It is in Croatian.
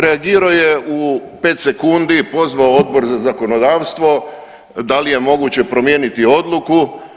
Reagirao je u 5 sekundi, pozvao Odbor za zakonodavstvo da li je moguće promijeniti odluku.